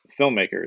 filmmakers